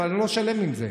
אבל אני לא שלם עם זה.